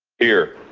here.